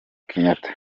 kenyatta